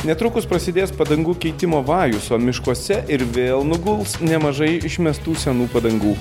netrukus prasidės padangų keitimo vajus o miškuose ir vėl nuguls nemažai išmestų senų padangų